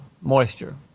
moisture